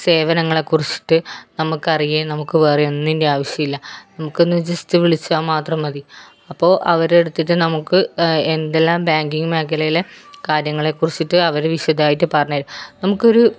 സേവനങ്ങളെക്കുറിച്ചിട്ട് നമുക്കറിയുകയും നമുക്ക് വേറെ ഒന്നിൻ്റെയും ആവശ്യമില്ല ജസ്റ്റ് വിളിച്ചാൽ മാത്രം മതി അപ്പോൾ അവരെടുത്തിട്ട് നമുക്ക് എന്തെല്ലാം ബാങ്കിംഗ് മേഖലയിലെ കാര്യങ്ങളെക്കുറിച്ചിട്ട് അവർ വിശദമായിട്ട് പറഞ്ഞുതരും നമുക്കൊരു